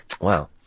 Wow